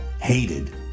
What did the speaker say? hated